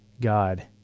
God